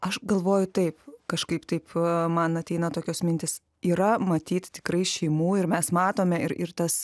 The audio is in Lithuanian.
aš galvoju taip kažkaip taip man ateina tokios mintys yra matyt tikrai šeimų ir mes matome ir ir tas